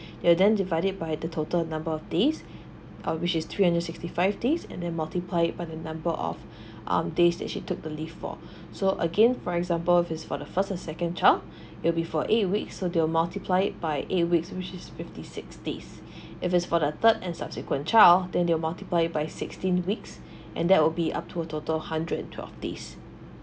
ya then divide it by the total number of days uh which is three hundred sixty five days and then multiply it by the number of um days that she took the leave for so again for example if is for the first or second child it will be for eight week so they will multiply it by eight weeks which is fifty six days and if is for the third and subsequent child then they will multiply it by sixteen weeks and that will be up to a total hundred twelve days